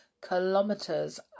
kilometers